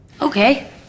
Okay